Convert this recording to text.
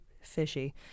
fishy